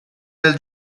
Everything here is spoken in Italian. del